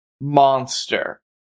monster